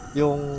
yung